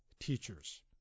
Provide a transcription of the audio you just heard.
teachers